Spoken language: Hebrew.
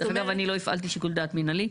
דרך אגב, אני לא הפעלתי שיקול דעת מינהלי.